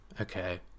Okay